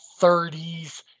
30s